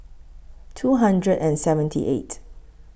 two hundred and seventy eight